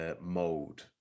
mode